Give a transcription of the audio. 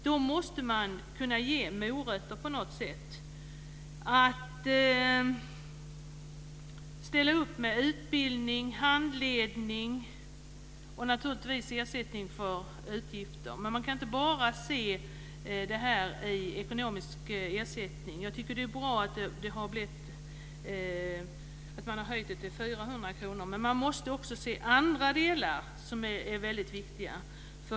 De måste man kunna ge morötter på något sätt, och man måste ställa upp med utbildning, handledning och naturligtvis ersättning för utgifter. Man kan inte bara se till ekonomisk ersättning. Jag tycker att det är bra att man har höjt ersättningen till 400 kr. Men man måste också se andra delar som är väldigt viktiga.